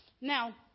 Now